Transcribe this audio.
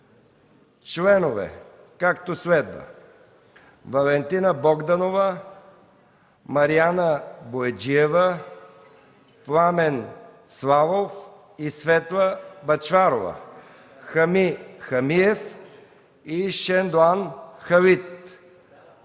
Членове: Валентина Богданова, Мариана Бояджиева, Пламен Славов, Светла Бъчварова, Хами Хамиев, Шендоан Халит,